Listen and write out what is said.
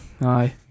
Aye